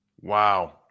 Wow